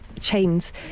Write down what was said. chains